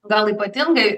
gal ypatingai